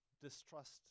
distrust